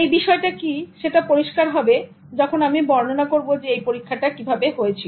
এই বিষয়টা কি সেটা পরিস্কার হবে এখন যখন আমি বর্ণনা করব যে এই পরীক্ষাটা কিভাবে হয়েছিল